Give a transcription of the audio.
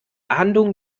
ahndung